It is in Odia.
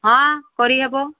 ହଁ କରିହେବ